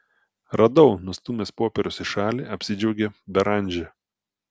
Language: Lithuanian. radau nustūmęs popierius į šalį apsidžiaugė beranžė